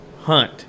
hunt